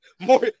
More